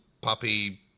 puppy